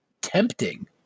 tempting